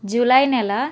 July నెల